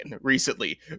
recently